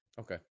Okay